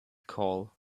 call